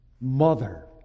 mother